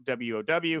WOW